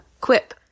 quip